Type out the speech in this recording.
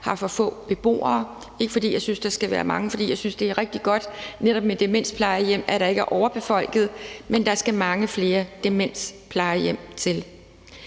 har for få beboere – ikke fordi jeg synes, der skal være mange beboere, for jeg synes, det er rigtig godt, at netop demensplejehjem ikke er overbefolkede, men der skal mange flere demensplejehjem til.